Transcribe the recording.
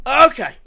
Okay